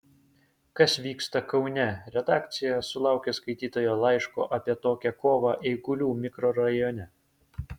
kas vyksta kaune redakcija sulaukė skaitytojo laiško apie tokią kovą eigulių mikrorajone